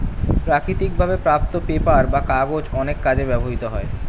প্রাকৃতিক ভাবে প্রাপ্ত পেপার বা কাগজ অনেক কাজে ব্যবহৃত হয়